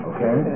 Okay